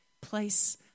place